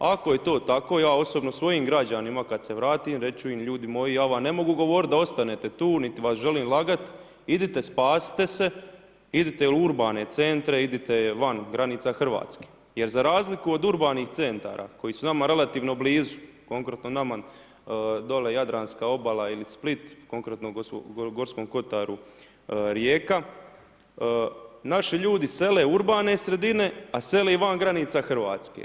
Ako je to tako, ja osobno svojim građanima kad se vratim, reći ću im ljudi moji ja vam ne mogu govorit da ostanete tu, nit vas želim lagat, idite spasite se, idite u urbane centre, idite van granica Hrvatske jer za razliku od urbanih centara koji su nama relativno blizu, konkretno nama dole Jadranska obala ili Split, konkretno Gorskom kotaru, Rijeka, naši ljudi sele urbane sredine, a sele i van granica Hrvatske.